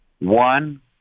One